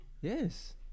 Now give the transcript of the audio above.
Yes